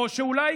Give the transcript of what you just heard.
או שאולי,